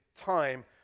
time